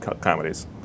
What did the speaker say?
comedies